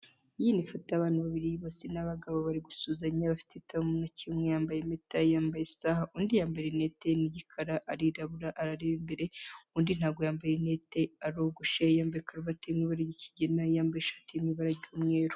Iyi ni ifoto y'abantu babiri bose ni abagabo barigusuhuzanya bafite ibitabo mu ntoki. Umwe yambaye impeta, yambaye isaha. Undi yambaye linete, ni igikara, arirabura, arareba imbere. Undi ntabwo yambaye linete, arogoshe, yambaye karuvati irimo amabara y'ikigina. Yambaye ishati irimo ibara ry'umweru.